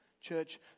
Church